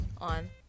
on